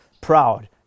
proud